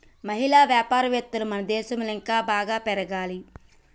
మహిళా వ్యాపారవేత్తలు మన దేశంలో ఇంకా బాగా పెరగాలి